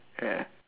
ya